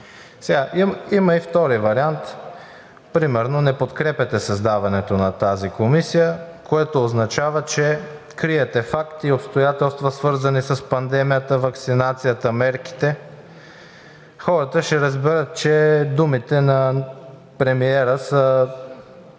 килима. Има и втори вариант – примерно не подкрепяте създаването на тази комисия, което означава, че криете факти и обстоятелства, свързани с пандемията, ваксинацията, мерките. Хората ще разберат, че думите на премиера са